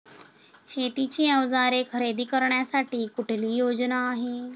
शेतीची अवजारे खरेदी करण्यासाठी कुठली योजना आहे?